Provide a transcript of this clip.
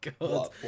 God